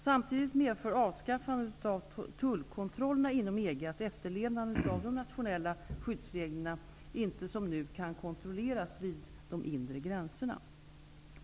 Samtidigt medför avskaffandet av tullkontrollerna inom EG att efterlevnaden av de nationella skyddsreglerna inte som nu kan kontrolleras vid de inre gränserna.